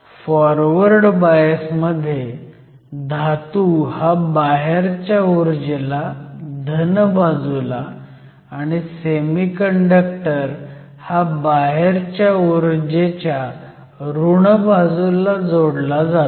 forward bias मध्ये धातू हा बाहेरच्या ऊर्जेच्या धन बाजूला आणि सेमीकंडक्टर हा बाहेरच्या ऊर्जेच्या ऋण बाजूला जोडला जातो